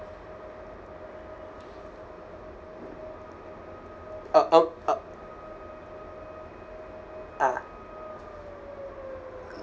uh oh ah